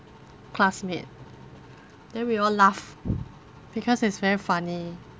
classmate then we all laugh because it's very funny